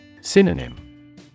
Synonym